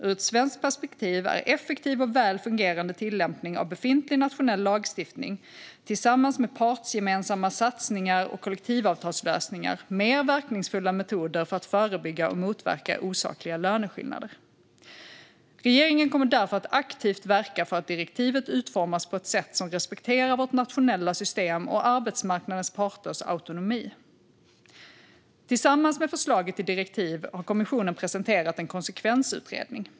Ur ett svenskt perspektiv är effektiv och väl fungerande tillämpning av befintlig nationell lagstiftning, tillsammans med partsgemensamma satsningar och kollektivavtalslösningar, mer verkningsfulla metoder för att förebygga och motverka osakliga löneskillnader. Regeringen kommer därför att aktivt verka för att direktivet utformas på ett sätt som respekterar vårt nationella system och arbetsmarknadens parters autonomi. Tillsammans med förslaget till direktiv har kommissionen presenterat en konsekvensutredning.